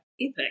Epic